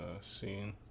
scene